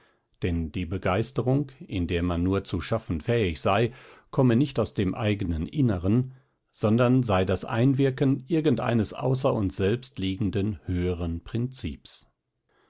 denn die begeisterung in der man nur zu schaffen fähig sei komme nicht aus dem eignen innern sondern sei das einwirken irgend eines außer uns selbst liegenden höheren prinzips